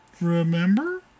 remember